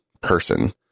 person